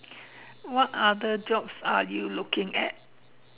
what other jobs are you looking at